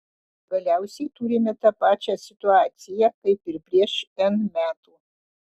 galiausiai turime tą pačią situaciją kaip ir prieš n metų